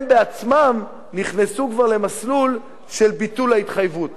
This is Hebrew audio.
הם בעצמם נכנסו כבר למסלול של ביטול ההתחייבות